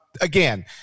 again